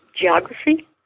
geography